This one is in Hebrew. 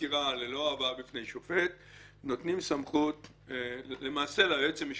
חקירה ללא הבאה בפני שופט סמכות ליועץ המשפטי,